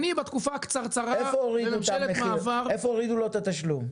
איפה הורידו לו את התשלום?